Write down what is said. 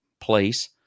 place